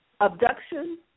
abduction